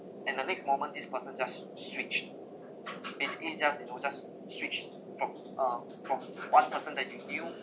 and the next moment this person just switched basically just you know just switched from uh from one person that you knew